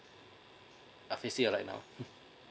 uh face right now